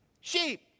Sheep